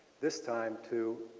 this time to